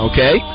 Okay